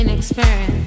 experience